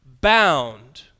bound